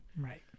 right